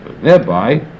thereby